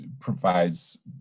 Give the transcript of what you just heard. provides